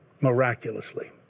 Miraculously